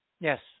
Yes